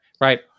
right